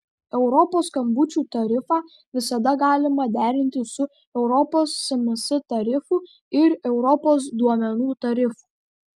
europos skambučių tarifą visada galima derinti su europos sms tarifu ir europos duomenų tarifu